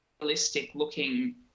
realistic-looking